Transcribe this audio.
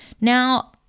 Now